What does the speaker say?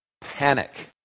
panic